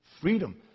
freedom